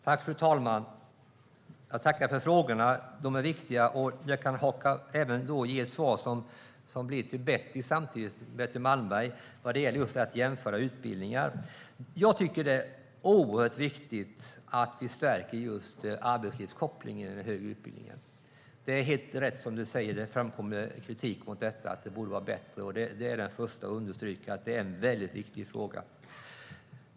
Fru talman! Jag tackar Fredrik Christensson för frågorna. De är viktiga. Jag kan även ge svar till Betty Malmberg vad gäller att jämföra utbildningar. Jag tycker att det är oerhört viktigt att vi stärker just arbetslivskopplingen i den högre utbildningen. Det är helt rätt som du säger, Fredrik Christensson, att det har framkommit kritik mot detta - att det borde vara bättre. Jag är den förste att understryka att det är en väldigt viktig fråga.